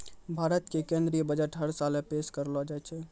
भारत के केन्द्रीय बजट हर साले पेश करलो जाय छै